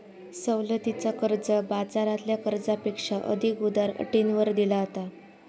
सवलतीचा कर्ज, बाजारातल्या कर्जापेक्षा अधिक उदार अटींवर दिला जाता